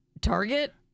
Target